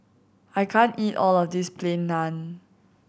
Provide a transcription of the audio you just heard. I can't eat all of this Plain Naan